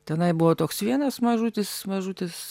tenai buvo toks vienas mažutis mažutis